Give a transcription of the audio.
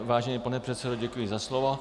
Vážený pane předsedo, děkuji za slovo.